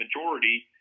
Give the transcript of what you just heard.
majority